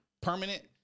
Permanent